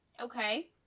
Okay